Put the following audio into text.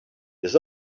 his